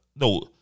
no